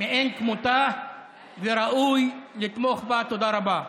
מאין כמותה וראוי לתמוך בה, תודה רבה.